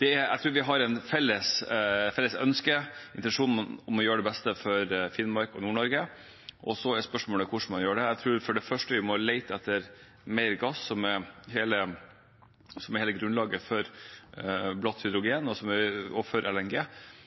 Jeg tror vi har et felles ønske og intensjon om å gjøre det beste for Finnmark og Nord-Norge, og så er spørsmålet hvordan man gjør det. Jeg tror for det første at vi må lete etter mer gass, som er hele grunnlaget for blått hydrogen og for